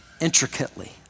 intricately